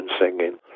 singing